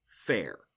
fair